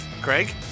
Craig